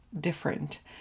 different